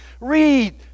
Read